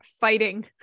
fighting